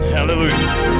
Hallelujah